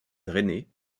drainés